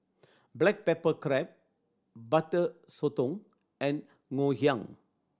black pepper crab Butter Sotong and Ngoh Hiang